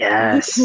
Yes